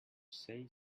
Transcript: say